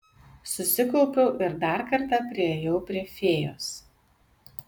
susikaupiau ir dar kartą priėjau prie fėjos